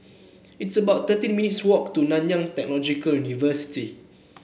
it's about thirteen minutes' walk to Nanyang Technological University